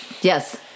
Yes